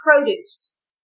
produce